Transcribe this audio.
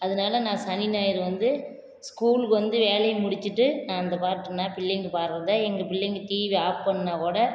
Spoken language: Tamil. அதனால நான் சனி ஞாயிறு வந்து ஸ்கூலுக்கு வந்து வேலையை முடித்துட்டு நான் அந்த பாட்டை நான் பிள்ளைங்க பாடுறத எங்கள் பிள்ளைங்க டிவியை ஆஃப் பண்ணால்கூட